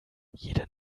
jeder